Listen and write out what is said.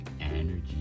energy